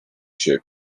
się